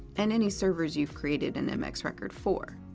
and any servers you've created and an mx record for.